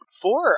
four